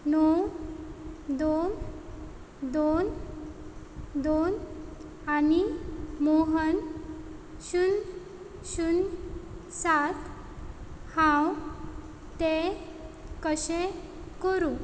णव दोन दोन दोन आनी मोहन शुन्य शुन्य सात हांव ते कशें करूं